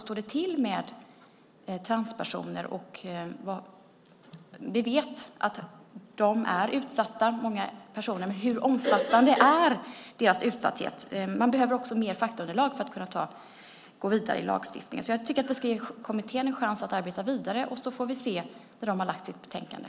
Vi vet att många transpersoner är utsatta, men vi vet inte hur omfattande deras utsatthet är. Man behöver också mer faktaunderlag för att kunna gå vidare med lagstiftningen. Jag tycker att vi ska ge kommittén en chans att arbeta vidare, och så får vi se vad som händer när de har lagt fram sitt betänkande.